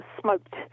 smoked